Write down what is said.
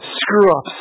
screw-ups